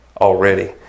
already